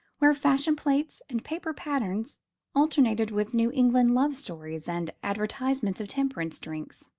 where fashion-plates and paper patterns alternated with new england love-stories and advertisements of temperance drinks.